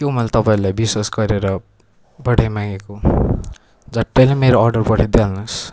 के हो मैले तपाईँहरूलाई विश्वास गरेर पठाइ मागेको झट्टैले मेरो अर्डर पठाइदिइहाल्नु होस्